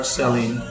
selling